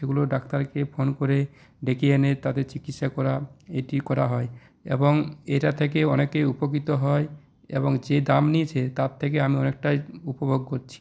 সেগুলো ডাক্তারকে ফোন করে ডেকে এনে তাদের চিকিৎসা করা এটি করা হয় এবং এটা থেকে অনেকেই উপকৃত হয় এবং যে দাম নিয়েছে তার থেকে আমি অনেকটাই উপভোগ করছি